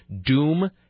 doom